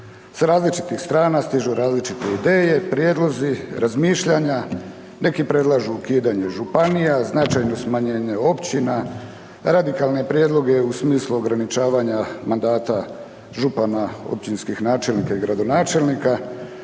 S različitih strana stižu različite ideje, prijedlozi, razmišljanja, neki predlažu ukidanje županija, značajno smanjenje općina, radikalne prijedloge u smislu ograničavanja mandata župana, općinskih načelnika i gradonačelnika,